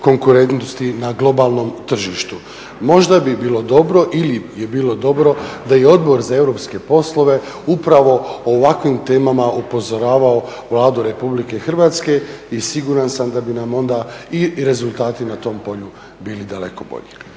konkurentnosti na globalnom tržištu. Možda bi bilo ili je bilo dobro da i Odbor za europske poslove upravo o ovakvim temama upozoravao Vladu RH i siguran sam da bi nam onda i rezultati na tom polju bili daleko bolji.